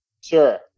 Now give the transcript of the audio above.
sure